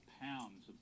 pounds